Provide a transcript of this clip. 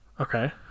Okay